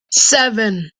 seven